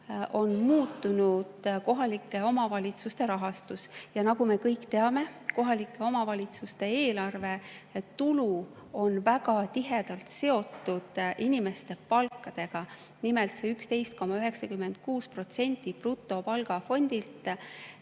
on muutunud kohalike omavalitsuste rahastus. Ja nagu me kõik teame, kohalike omavalitsuste eelarve tulu on väga tihedalt seotud inimeste palkadega. Nimelt, 11,96% brutopalga fondilt